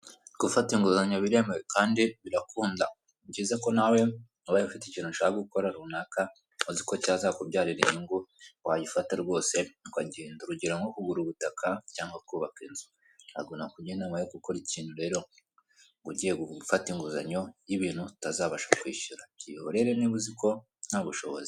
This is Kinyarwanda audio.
Gufata inguzanyo biremewe kandi birakunda ni byiza ko nawe ubaye ufite ikintu ushaka gukora runaka uziko cyazakubyarira inyungu wayifata rwose ukagenda. Urugero nko kugura ubutaka cyangwa kubaka inzu ntabwo nakugira inama yo gukora ikintu rero ugiye gufata inguzanyo y'ibintu utazabasha kwishyura, byihorere niba uziko nta bushobozi.